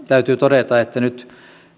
täytyy todeta että nyt